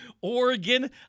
Oregon